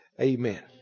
Amen